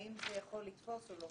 האם זה יכול לתפוס או לא,